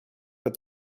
with